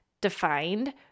defined